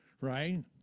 right